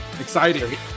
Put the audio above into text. exciting